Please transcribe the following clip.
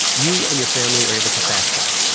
you and your family are able to fast-track.